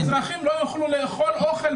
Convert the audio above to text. האזרחים לא יוכלו לאכול אוכל.